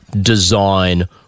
design